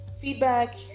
feedback